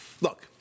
look